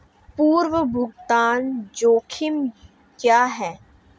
पूर्व भुगतान जोखिम क्या हैं?